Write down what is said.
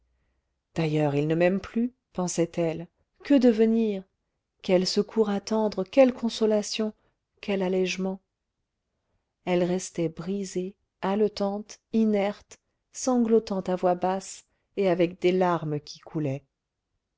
d'ailleurs il ne m'aime plus pensait-elle que devenir quel secours attendre quelle consolation quel allégement elle restait brisée haletante inerte sanglotant à voix basse et avec des larmes qui coulaient